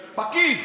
פקיד,